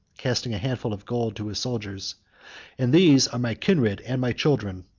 casting a handful of gold to his soldiers and these are my kindred and my children.